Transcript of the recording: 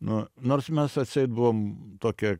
nu nors mes atseit buvom tokie